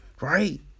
Right